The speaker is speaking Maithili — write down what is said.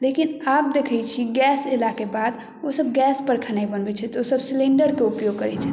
लेकिन आब देखैत छियै गैस अयलाक बाद ओसभ गैसपर खेनाइ बनबैत छथि ओसभ सिलिण्डरके उपयोग करैत छथि